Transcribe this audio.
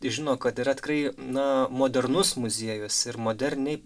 žino kad yra tikrai na modernus muziejus ir moderniai